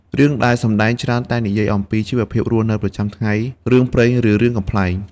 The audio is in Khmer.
រឿងដែលសម្ដែងច្រើនតែនិយាយអំពីជីវភាពរស់នៅប្រចាំថ្ងៃ រឿងព្រេង ឬរឿងកំប្លែង។